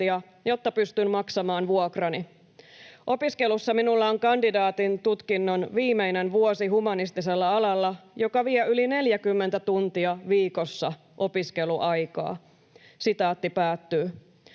jotta pystyn maksamaan vuokrani. Opiskelussa minulla on kandidaatin tutkinnon viimeinen vuosi humanistisella alalla, joka vie yli 40 tuntia viikossa opiskeluaikaa.” Arvoisa